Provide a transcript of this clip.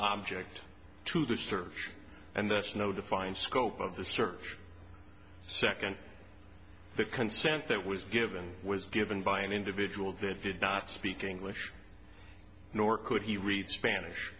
object to the search and that's no defined scope of the search second the consent that was given was given by an individual that did not speak english nor could he read spanish